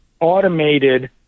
automated